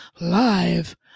live